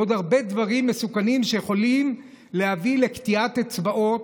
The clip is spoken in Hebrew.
ועוד הרבה דברים מסוכנים שיכולים להביא לקטיעת אצבעות.